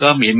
com M